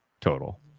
total